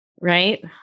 right